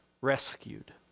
rescued